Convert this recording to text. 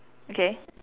okay